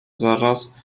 zaraz